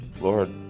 Lord